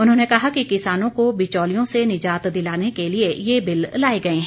उन्होंने कहा कि किसानों को बिचौलियों से निजात दिलाने के लिए ये बिल लाए गए हैं